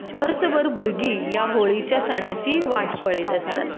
वर्सभर भुरगीं ह्या होळीच्या सणाची वाट पळयत आसतात